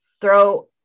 throw